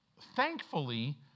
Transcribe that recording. thankfully